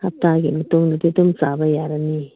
ꯍꯞꯇꯥꯒꯤ ꯃꯇꯨꯡꯗꯗꯤ ꯑꯗꯨꯝ ꯆꯥꯕ ꯌꯥꯔꯅꯤ